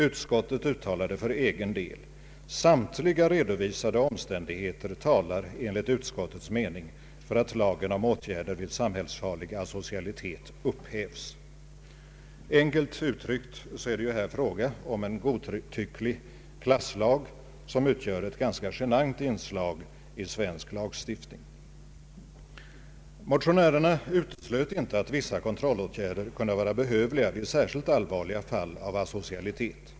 Utskottet uttalade för egen del: ”Samtliga redovisade omständigheter talar enligt utskottets mening för att lagen om åtgärder vid samhällsfarlig asocialitet upphävs.” Enkelt uttryckt är det fråga om en godtycklig klasslag, som utgör ett ganska genant inslag i svensk lagstiftning. Motionärerna uteslöt inte att vissa kontrollåtgärder kunde vara behövliga vid särskilt allvarliga fall av asocialitet.